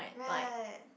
why